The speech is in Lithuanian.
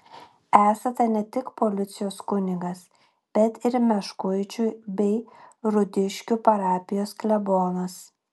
esate ne tik policijos kunigas bet ir meškuičių bei rudiškių parapijos klebonas